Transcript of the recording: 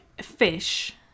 fish